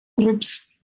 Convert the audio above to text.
groups